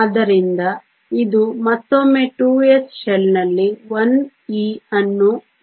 ಆದ್ದರಿಂದ ಇದು ಮತ್ತೊಮ್ಮೆ 2s ಶೆಲ್ನಲ್ಲಿ 1 e ಅನ್ನು ಹೊಂದಿದೆ